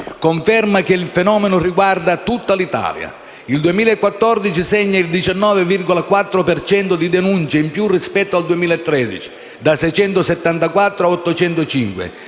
conferma che il fenomeno riguarda tutta l'Italia. Il 2014 segna il 19,4 per cento di denunce in più rispetto al 2013 (da 674 a 805),